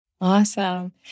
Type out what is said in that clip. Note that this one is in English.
Awesome